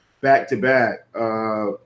back-to-back